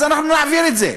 אנחנו נעביר את זה.